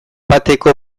bateko